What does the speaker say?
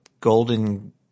golden